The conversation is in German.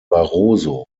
barroso